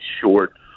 short